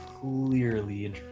clearly